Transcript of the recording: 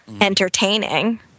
entertaining